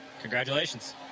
Congratulations